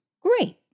Great